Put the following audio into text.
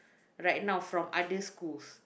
right now from other schools